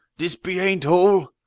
this beaint all!